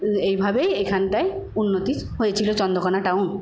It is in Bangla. এইভাবেই এইখানটায় উন্নতি হয়েছিল চন্দ্রকোণা টাউন